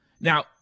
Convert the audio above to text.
Now